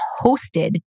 hosted